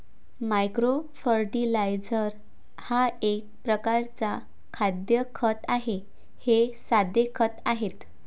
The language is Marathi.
मायक्रो फर्टिलायझर हा एक प्रकारचा खाद्य खत आहे हे साधे खते आहेत